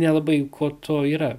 nelabai ko to yra